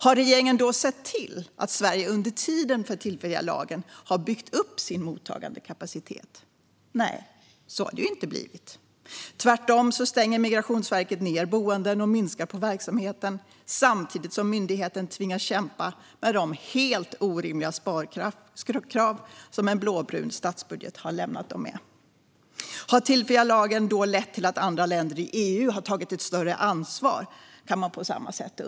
Har regeringen då sett till att Sverige under tiden för den tillfälliga lagen byggt upp sin mottagandekapacitet? Nej, så har det inte blivit. Tvärtom stänger Migrationsverket ned boenden och minskar på verksamheten, samtidigt som myndigheten tvingas kämpa med de helt orimliga sparkrav som en blåbrun statsbudget lämnat dem med. Man kan på samma sätt undra om den tillfälliga lagen då lett till att andra länder i EU tagit större ansvar.